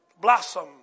blossom